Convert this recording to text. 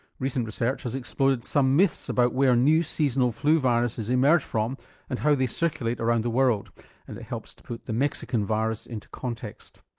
recent research has exploded some myths about where new seasonal flu viruses emerge from and how they circulate around the world and it helps to put the mexican virus into context.